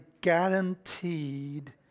guaranteed